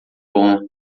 bom